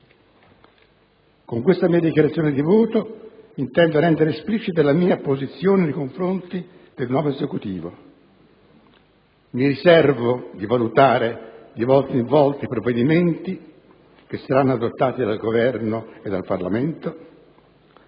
Con questa mia dichiarazione di voto intendo rendere esplicita la mia posizione nei confronti del nuovo Esecutivo: mi riservo di valutare di volta in volta i provvedimenti che saranno adottati dal Governo e dal Parlamento.